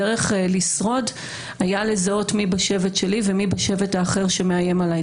הדרך לשרוד הייתה לזהות מי בשבט שלי ומי בשבט האחר שמאיים עליי.